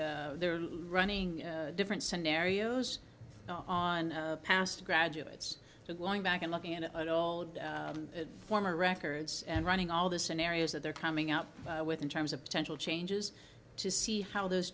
they're running different scenarios not on past graduates to going back and looking at all of the former records and running all the scenarios that they're coming out with in terms of potential changes to see how those